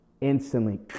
Instantly